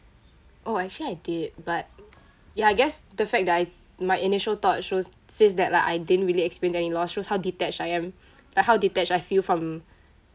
oh actually I did but ya I guess the fact that I my initial thought shows says that lah I didn't really experience any loss shows how detached I am like how detached I feel from